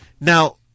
Now